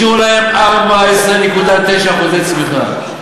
השאירו להם 4.9% צמיחה,